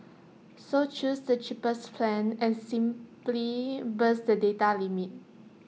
so choose the cheapest plan and simply bust the data limit